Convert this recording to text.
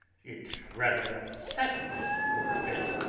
it rather upset me for a bit.